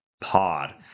pod